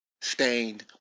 stained